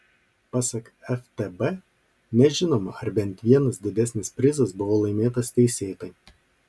pasak ftb nežinoma ar bent vienas didesnis prizas buvo laimėtas teisėtai